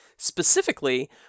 Specifically